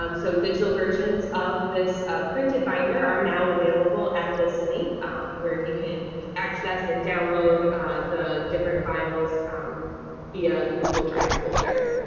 um so digital versions of this printed binder are now available at this link where you can access and download the different files via google drive folder.